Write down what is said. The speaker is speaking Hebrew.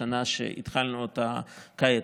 השנה שהתחלנו כעת.